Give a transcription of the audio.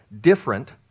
different